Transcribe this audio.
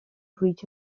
breach